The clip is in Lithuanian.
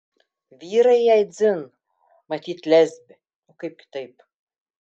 vyrai jai dzin matyt lesbė o kaip kitaip